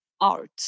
art